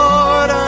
Lord